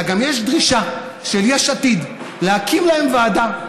אלא גם יש דרישה של יש עתיד להקים להם ועדה,